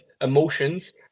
emotions